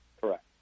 Correct